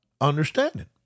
Understanding